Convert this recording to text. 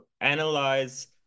analyze